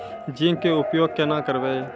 Zinc के उपयोग केना करये?